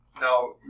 now